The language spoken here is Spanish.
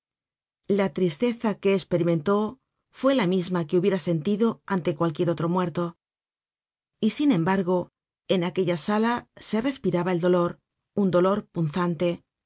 la tristeza que esperimentó fue la misma que hubiera sentido ante cualquier otro muerto y sin embargo en aquella sala se respiraba el dolor un dolor punzante